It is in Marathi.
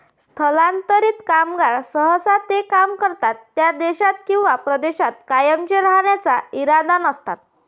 स्थलांतरित कामगार सहसा ते काम करतात त्या देशात किंवा प्रदेशात कायमचे राहण्याचा इरादा नसतात